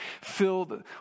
filled